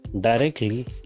directly